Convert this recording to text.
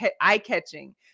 eye-catching